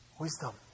Wisdom